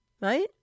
Right